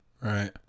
Right